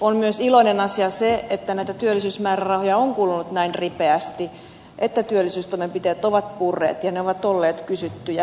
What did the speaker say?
on myös iloinen asia se että näitä työlllisyysmäärärahoja on kulunut näin ripeästi että työllisyystoimenpiteet ovat purreet ja ne ovat olleet kysyttyjä